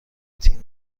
تیم